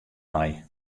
nei